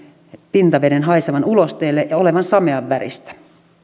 pintaveden haisevan ulosteelle ja olevan samean väristä